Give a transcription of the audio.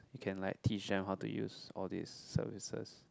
you can like teach them how to use all these services